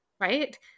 right